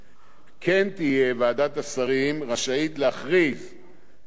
כמו כן תהיה ועדת השרים רשאית להכריז על תאגיד